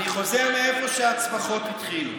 תאר לך שלא, אני חוזר לאיפה שהצווחות התחילו.